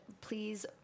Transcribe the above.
please